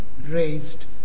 raised